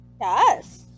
Yes